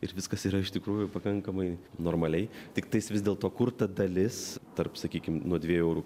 ir viskas yra iš tikrųjų pakankamai normaliai tiktais vis dėlto kur ta dalis tarp sakykim nuo dviejų eurų